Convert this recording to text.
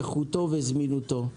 איכותו וזמינותו.